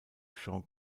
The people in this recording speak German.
sean